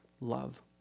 love